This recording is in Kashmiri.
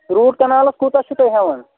روٗٹ کَنالَس کوٗتاہ چھُ تُہۍ ہٮ۪وان